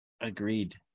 agreed